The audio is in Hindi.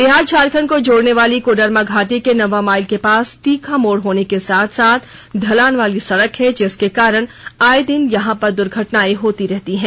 बिहार झारखंड को जोड़ने वाली कोडरमा घाटी के नौवां माइल के पास तीखे मोड़ होने के साथ साथ ढलान वाली सड़क है जिसके कारण आए दिन यहां पर दुर्घटना होती रहती है